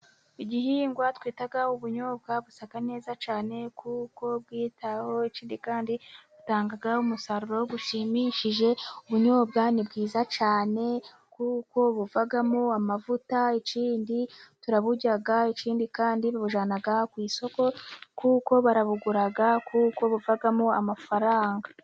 Igihingwa twita ubunyobwa busa neza cyane kuko bwitaweho, ikindi kandi butanga umusaruro ushimishije. Ibunyobwa ni bwiza cyane kuko buvamo amavuta ikindi turaburya, ikindi kandi tubujyana ku isoko kuko barabugura, kuko buvamo amafaranga.